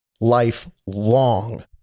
Lifelong